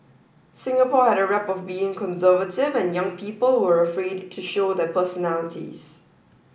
Singapore had a rep of being conservative and young people were afraid to show their personalities